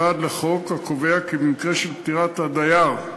לחוק, הקובע כי במקרה של פטירת הדייר,